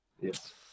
Yes